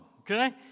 Okay